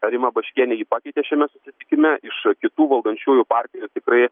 rima baškienė jį pakeitė šiame susitikime iš kitų valdančiųjų partijų tikrai